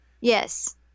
Yes